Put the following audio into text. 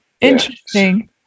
Interesting